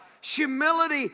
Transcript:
Humility